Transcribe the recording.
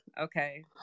Okay